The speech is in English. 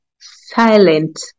silent